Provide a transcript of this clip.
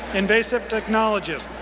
invasive technologist.